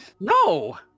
No